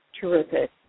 Terrific